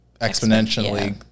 exponentially